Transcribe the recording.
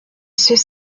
ceux